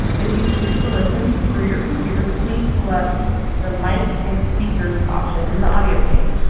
if you choose to listen through your computer, please select the mic and speakers option in the audio pane.